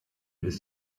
ist